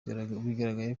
byagaragaye